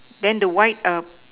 then the white